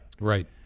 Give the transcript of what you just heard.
Right